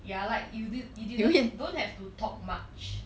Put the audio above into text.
ya like you did you didn't you don't have to talk much